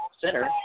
center